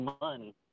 money